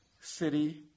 city